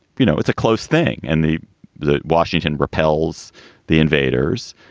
you know, it's a close thing. and the the washington repels the invaders.